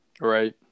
Right